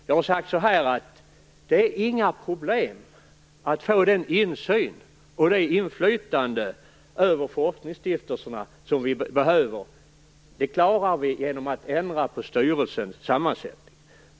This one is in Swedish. Jag har sagt att det inte är några problem att få den insyn och det inflytande över forskningsstiftelserna som vi behöver. Det klarar vi genom att ändra på styrelsers sammansättning.